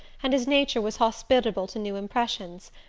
and his nature was hospitable to new impressions.